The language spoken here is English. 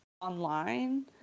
online